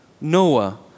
Noah